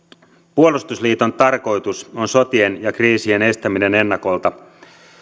puolustusliiton tarkoitus on sotien ja kriisien estäminen ennakolta